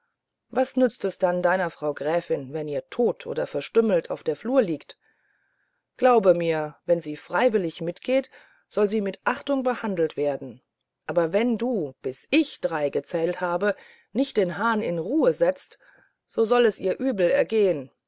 was nützt es dann deiner frau gräfin wenn ihr tot oder verstümmelt auf der flur lieget glaube mir wenn sie freiwillig mitgeht soll sie mit achtung behandelt werden aber wenn du bis ich drei zähle nicht den hahnen in ruhe setzt so soll es ihr übel ergehen